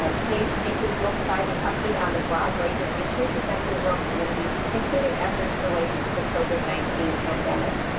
um today's speakers will provide an update on the broad range of issues affecting rural communities including efforts related to the covid nineteen pandemic.